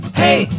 hey